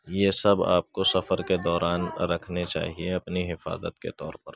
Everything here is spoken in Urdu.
یہ سب آپ کو سفر کے دوران رکھنے چاہیے اپنی حفاظت کے طور پر